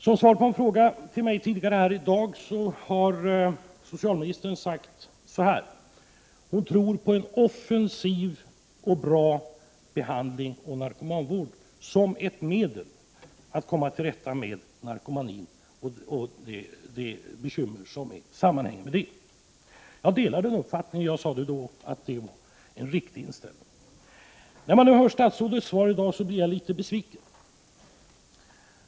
Som svar på en fråga till mig tidigare i dag har socialministern sagt att hon tror på en offensiv och bra behandling inom narkomanvården som ett medel att komma till rätta med narkotikan och de bekymmer som sammanhänger med den. Jag delar den uppfattningen. Jag sade då att det var en riktig inställning. När jag hör statsrådets svar på den här interpellationen blir jag dock litet besviken.